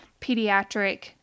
pediatric